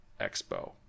expo